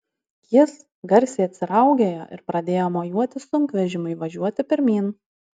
jis garsiai atsiraugėjo ir pradėjo mojuoti sunkvežimiui važiuoti pirmyn